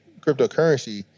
cryptocurrency